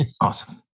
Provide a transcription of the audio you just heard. Awesome